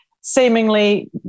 seemingly